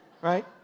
Right